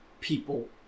people